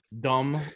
dumb